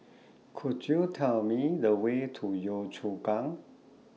Could YOU Tell Me The Way to Yio Chu Kang